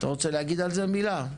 אתה רוצה להגיד על זה מילה?